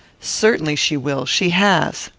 certainly she will she has.